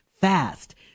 fast